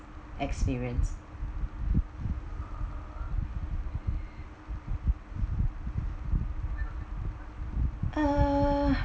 experience uh